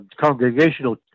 congregational